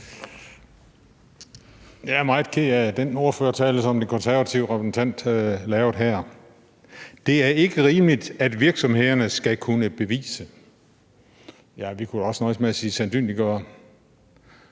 Jeg er meget ked af den ordførertale, som den konservative repræsentant gav: Det er ikke rimeligt, at virksomhederne skal kunne bevise – vi kunne også nøjes med at sige sandsynliggøre.